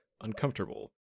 uncomfortable